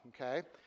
okay